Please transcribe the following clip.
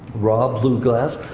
raw blue glass.